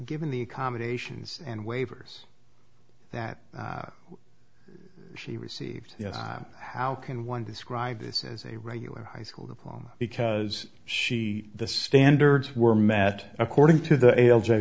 given the accommodations and waivers that she received how can one describe this as a regular high school diploma because she the standards were met according to the